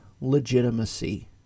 legitimacy